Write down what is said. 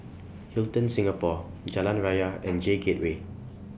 Hilton Singapore Jalan Raya and J Gateway